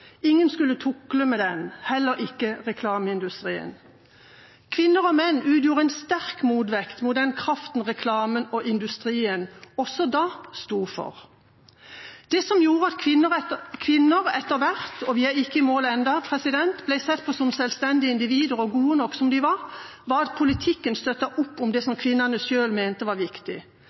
Ingen skulle tukle med den, heller ikke reklameindustrien. Kvinner og menn utgjorde en sterk motvekt mot den kraften reklamen og industrien også da sto for. Det som gjorde at kvinner etter hvert – og vi er ikke i mål ennå – ble sett på som selvstendige individer og gode nok som de var, var at politikken støttet opp om det som kvinnene selv mente var viktig.